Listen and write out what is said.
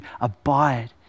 abide